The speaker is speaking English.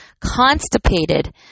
constipated